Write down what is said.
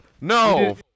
No